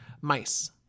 Mice